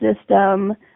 system